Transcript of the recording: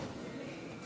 להעביר